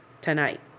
tonight